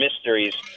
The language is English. mysteries